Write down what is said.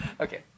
Okay